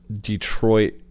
Detroit